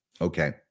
Okay